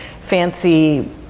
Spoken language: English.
fancy